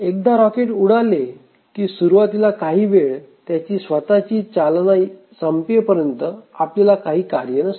एकदा रॉकेट उडाले की सुरुवातीला काही वेळ त्याची स्वतःची चालना संपेपर्यंत आपल्याला काही कार्य नसते